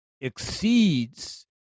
exceeds